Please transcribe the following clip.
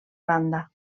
banda